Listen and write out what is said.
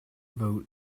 vote